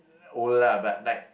old lah but like